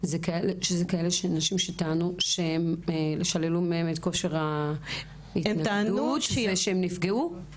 זה של נשים שטענו ששללו מהן את כושר ההתנגדות ושהן נפגעו?